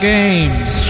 Games